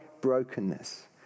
brokenness